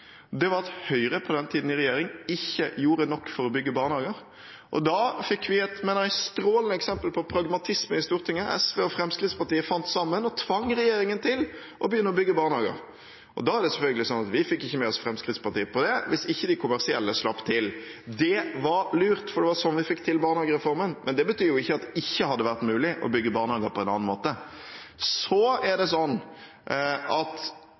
sammenhengene, var at barnehageforliket kom av én ting. Det var at Høyre, på den tiden i regjering, ikke gjorde nok for å bygge barnehager, og da fikk vi, mener jeg, et strålende eksempel på pragmatisme i Stortinget: SV og Fremskrittspartiet fant sammen og tvang regjeringen til å begynne å bygge barnehager. Vi hadde selvfølgelig ikke fått med oss Fremskrittspartiet på det hvis de kommersielle ikke hadde sluppet til. Det var lurt, for det var sånn vi fikk til barnehagereformen, men det betyr ikke at det ikke hadde vært mulig å bygge barnehager på en annen måte. SV er